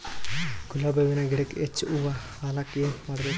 ಗುಲಾಬಿ ಹೂವಿನ ಗಿಡಕ್ಕ ಹೆಚ್ಚ ಹೂವಾ ಆಲಕ ಏನ ಮಾಡಬೇಕು?